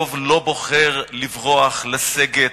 יעקב לא בוחר לברוח, לסגת,